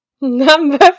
Number